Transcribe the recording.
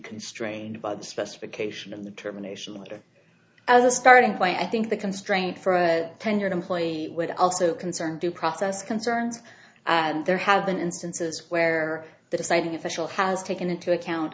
constrained by the specification of the termination letter as a starting point i think the constraint for a tenured employee would also concerned due process concerns and there have been instances where the deciding official has taken into account